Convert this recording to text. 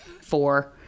four